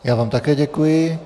Já vám také děkuji.